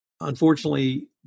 unfortunately